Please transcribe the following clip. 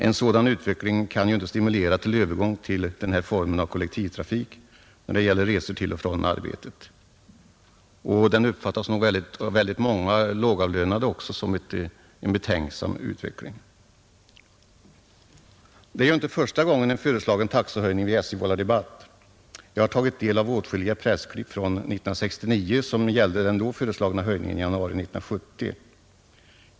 En sådan utveckling kan ju inte stimulera till övergång till den här formen av kollektivtrafik när det gäller resor till och från arbetet, och den uppfattas nog av väldigt många lågavlönade också som en betänklig utveckling. Det är ju inte första gången en föreslagen taxehöjning vid SJ vållar debatt. Jag har tagit del av åtskilliga pressklipp från 1969 som gäller den då föreslagna höjningen i januari 1970.